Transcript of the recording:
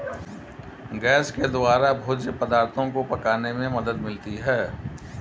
gas के द्वारा भोज्य पदार्थो को पकाने में मदद मिलती है